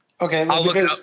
Okay